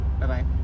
Bye-bye